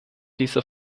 dieser